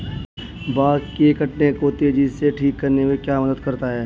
Bug के काटने को तेजी से ठीक करने में क्या मदद करता है?